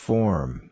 Form